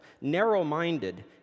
narrow-minded